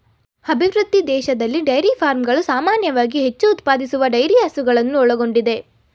ಅಭಿವೃದ್ಧಿ ದೇಶದಲ್ಲಿ ಡೈರಿ ಫಾರ್ಮ್ಗಳು ಸಾಮಾನ್ಯವಾಗಿ ಹೆಚ್ಚು ಉತ್ಪಾದಿಸುವ ಡೈರಿ ಹಸುಗಳನ್ನು ಒಳಗೊಂಡಿದೆ